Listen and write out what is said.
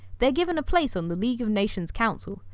they're given a place on the league of nations council,